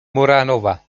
muranowa